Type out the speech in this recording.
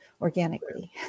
organically